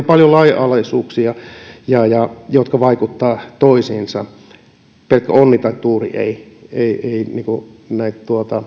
paljon lainalaisuuksia jotka vaikuttavat toisiinsa pelkkä onni tai tuuri ei ei näitä